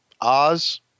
Oz